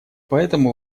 поэтому